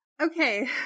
Okay